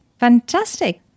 Fantastic